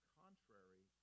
contrary